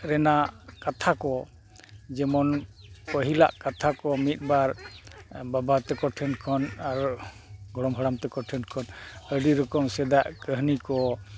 ᱨᱮᱱᱟᱜ ᱠᱟᱛᱷᱟ ᱠᱚ ᱡᱮᱢᱚᱱ ᱯᱟᱹᱦᱤᱞᱟᱜ ᱠᱟᱛᱷᱟ ᱠᱚ ᱢᱤᱫ ᱵᱟᱨ ᱵᱟᱵᱟ ᱛᱟᱠᱚ ᱴᱷᱮᱱ ᱠᱷᱚᱱ ᱟᱨ ᱜᱚᱲᱚᱢ ᱦᱟᱲᱟᱢ ᱛᱟᱠᱚ ᱴᱷᱮᱱ ᱠᱷᱚᱱ ᱟᱹᱰᱤ ᱨᱚᱠᱚᱢ ᱥᱮᱫᱟᱭᱟᱜ ᱠᱟᱹᱦᱱᱤ ᱠᱚ